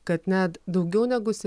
kad net daugiau negu